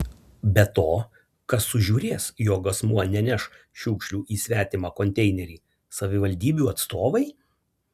be to kas sužiūrės jog asmuo neneš šiukšlių į svetimą konteinerį savivaldybių atstovai